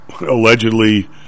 Allegedly